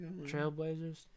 Trailblazers